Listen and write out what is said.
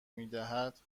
میدهد